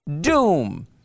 doom